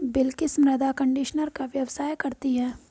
बिलकिश मृदा कंडीशनर का व्यवसाय करती है